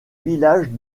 village